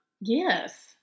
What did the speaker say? Yes